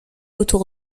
autour